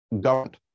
government